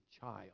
child